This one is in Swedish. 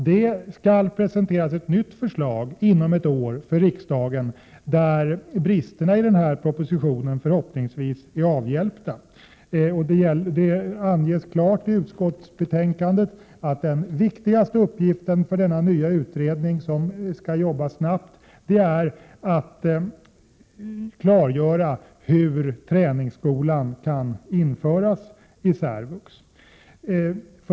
Det skall presenteras ett nytt förslag för riksdagen inom ett år, där bristerna i propositionen förhoppningsvis är avhjälpta. Det anges klart i utskottsbetänkandet att den viktigaste uppgiften för denna nya utredning, som skall jobba snabbt, är att klargöra hur träningsskolan kan införas i särvux.